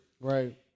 Right